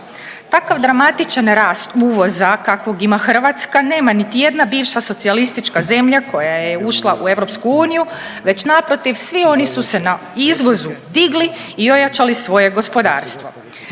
Takav dramatičan rast uvoza kakvog ima Hrvatska nema niti jedan bivša socijalistička zemlja koja je ušla u EU, već naprotiv svi oni su se na izvozu digli i ojačali svoje gospodarstvo.